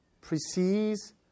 precedes